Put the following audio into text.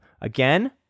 again